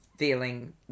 feeling